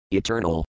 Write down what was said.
eternal